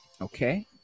Okay